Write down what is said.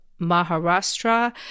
Maharashtra